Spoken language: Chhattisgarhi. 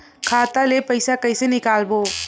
खाता ले पईसा कइसे निकालबो?